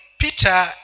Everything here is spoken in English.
Peter